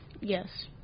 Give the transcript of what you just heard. yes